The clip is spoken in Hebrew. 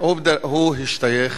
הוא השתייך,